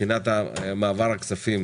לבין תושבים חוזרים כמו הסטודנטים.